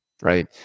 Right